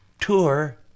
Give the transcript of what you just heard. tour